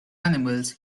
animals